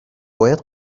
باید